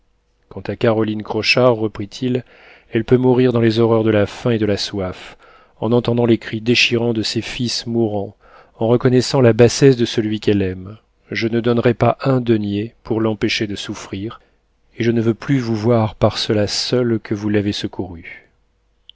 quant à caroline crochard reprit-il elle peut mourir dans les horreurs de la faim et de la soif en entendant les cris déchirants de ses fils mourants en reconnaissant la bassesse de celui qu'elle aime je ne donnerais pas un denier pour l'empêcher de souffrir et je ne veux plus vous voir par cela seul que vous l'avez secourue